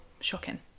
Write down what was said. shocking